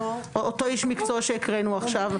או אותו איש מקצוע שהקראנו עכשיו.